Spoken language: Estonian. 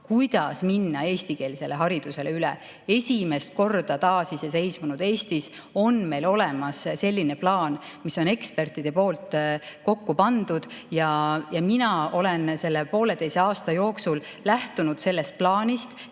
kuidas minna eestikeelsele haridusele üle. Esimest korda taasiseseisvunud Eestis on meil nüüd olemas selline plaan, mis on ekspertide poolt kokku pandud. Mina olen selle pooleteise aasta jooksul sellest plaanist